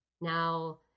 now